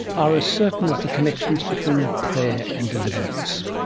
are as certain as the connections between prayer and deliverance.